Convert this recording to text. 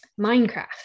Minecraft